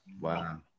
Wow